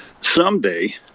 Someday